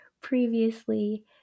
previously